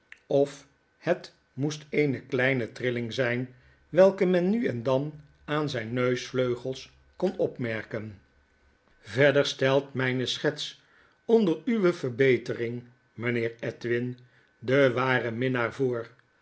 of het moest eene kleine trilling zijn welke men nu en dan aan zyn neusvleugels kon opmerken verder stelt myne schets onder uwe verbetering mynheer edwin den waren minnaar voor